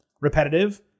repetitive